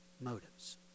motives